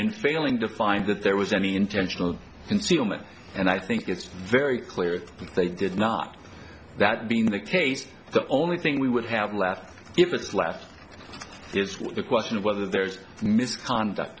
in failing to find that there was any intentional concealment and i think it's very clear that they did not that being the case the only thing we would have left if it's left is the question of whether there's misconduct